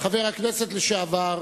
חבר הכנסת לשעבר